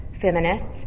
feminists